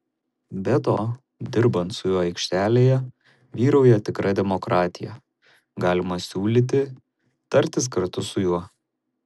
be to dirbant su juo aikštelėje vyrauja tikra demokratija galima siūlyti tartis kartu su juo